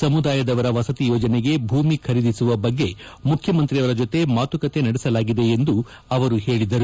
ಸಮುದಾಯದವರ ವಸತಿ ಯೋಜನೆಗೆ ಭೂಮಿ ಖರೀದಿಸುವ ಬಗ್ಗೆ ಮುಖ್ಯಮಂತ್ರಿ ಜತೆ ಮಾತುಕತೆ ನಡೆಸಲಾಗಿದೆ ಎಂದು ಅವರು ಹೇಳಿದರು